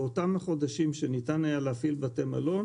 באותם החודשים שניתן היה להפעיל בתי מלון,